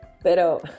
Pero